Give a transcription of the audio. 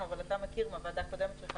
אבל אתה מכיר אותם מהוועדה הקודמת שלך,